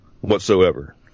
Whatsoever